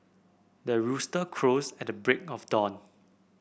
the rooster crows at the break of dawn